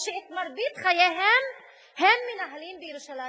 שאת מרבית חייהם הם מנהלים בירושלים